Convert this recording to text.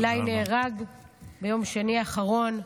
איליי נהרג ביום שני האחרון,